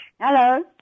Hello